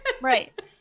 Right